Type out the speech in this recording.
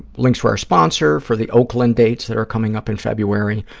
links for our sponsor, for the oakland dates that are coming up in february,